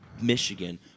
Michigan